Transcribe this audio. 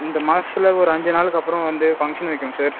இந்த மாசத்தில் ஒரு அஞ்சு நாளைக்கு அப்புறம் வந்து ஃபங்க்ஷன் வைக்கணும் சார்